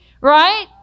right